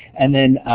and then